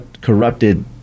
corrupted